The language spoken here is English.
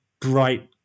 bright